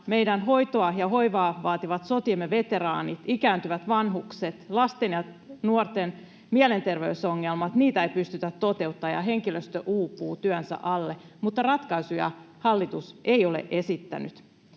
meillä on hoitoa ja hoivaa vaativat sotiemme veteraanit, ikääntyvät vanhukset, lasten ja nuorten mielenterveysongelmat. Näiden hoitoa ei pystytä toteuttamaan, ja henkilöstö uupuu työnsä alle, mutta ratkaisuja hallitus ei ole esittänyt.